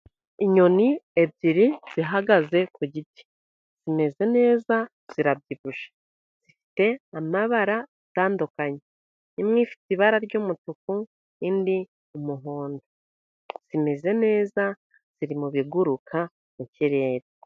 Inyoni ebyiri zihagaze ku giti, zimeze neza zirabyibushye, zifite amabara atandukanye, imwe ifite ibara ry'umutuku, indi ni umuhondo, zimeze neza ziri mu biguruka mu kirere.